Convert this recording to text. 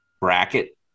bracket